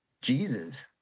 Jesus